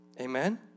Amen